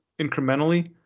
incrementally